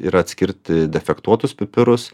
yra atskirti defektuotus pipirus